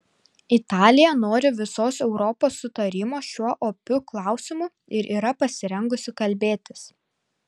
italija nori visos europos sutarimo šiuo opiu klausimu ir yra pasirengusi kalbėtis